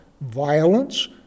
violence